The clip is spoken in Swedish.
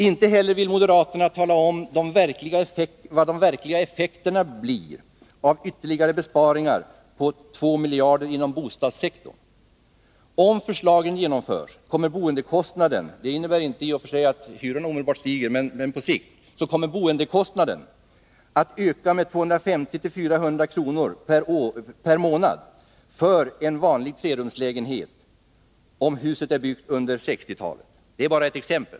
Inte heller vill moderaterna tala om vad de verkliga effekterna blir av ytterligare besparingar på 2 miljarder inom bostadssektorn. Om förslagen genomförs kommer boendekostnaden — detta innebär inte i och för sig att hyrorna kommer att stiga omedelbart, men på sikt blir det så — att öka med 250-400 kr. per månad för en vanlig trerumslägenhet, om huset är byggt under 1960-talet. Detta är bara ett exempel.